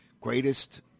greatest